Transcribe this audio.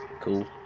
cool